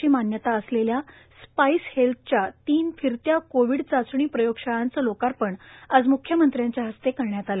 ची मान्यता असलेल्या स्पाईस हेल्थच्या तीन फिरत्या कोविड चाचणी प्रयोगशाळांचे लोकार्पण आज मुख्यमंत्र्यांच्या हस्ते करण्यात आले